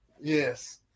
Yes